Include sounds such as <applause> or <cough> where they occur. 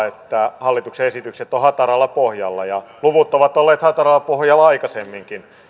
<unintelligible> että hallituksen esitykset ovat hataralla pohjalla luvut ovat olleet hataralla pohjalla aikaisemminkin